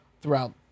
throughout